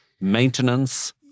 Maintenance